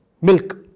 milk